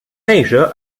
asia